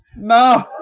No